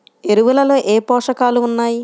ఎరువులలో ఏ పోషకాలు ఉన్నాయి?